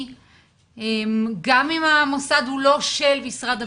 גם אם המוסד הוא לא של משרד הבריאות.